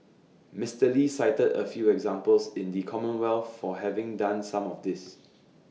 Mister lee cited A few examples in the commonwealth for having done some of this